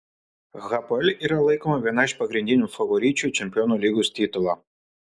hapoel yra laikoma viena iš pagrindinių favoričių į čempionų lygos titulą